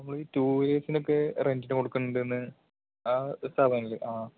ആ നമ്മളീ ടുവീലേഴ്സിനൊക്കെ റെൻറ്റിന് കൊടുക്കുന്നെണ്ടെന്ന് ആ സ്ഥാപനം അല്ലേ ആ